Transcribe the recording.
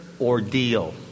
ordeal